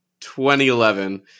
2011